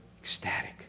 ecstatic